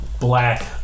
black